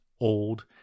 old